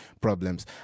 problems